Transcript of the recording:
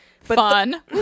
Fun